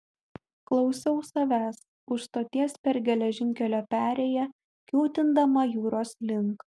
klausiau savęs už stoties per geležinkelio perėją kiūtindama jūros link